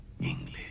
English